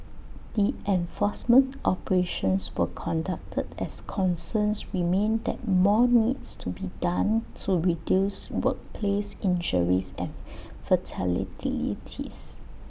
the enforcement operations were conducted as concerns remain that more needs to be done to reduce workplace injuries and